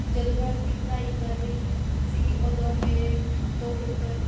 ਜਦੋਂ ਮੈਂ ਆਪਣੀ ਪੜ੍ਹਾਈ ਕਰ ਰਹੀ ਸੀਗੀ ਉਦੋਂ ਮੇਰੇ ਦੋ ਪੇਪਰ